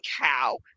cow